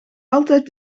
altijd